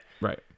Right